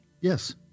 Yes